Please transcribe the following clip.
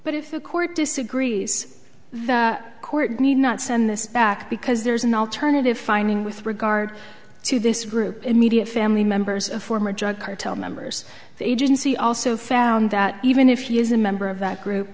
but if a court disagrees the court need not send this back because there's an alternative finding with regard to this group immediate family members of former drug cartel members the agency also found that even if he is a member of that group